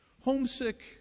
Homesick